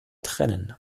trennen